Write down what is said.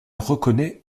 reconnaît